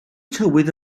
tywydd